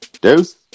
Deuce